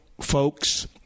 folks